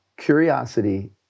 Curiosity